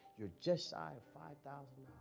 you're just shy of five thousand